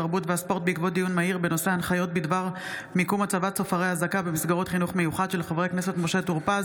התרבות והספורט בעקבות דיון מהיר בהצעתם של חברי הכנסת משה טור פז,